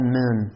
men